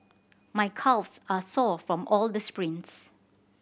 my calves are sore from all the sprints